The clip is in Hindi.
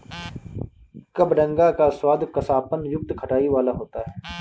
कबडंगा का स्वाद कसापन युक्त खटाई वाला होता है